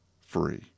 free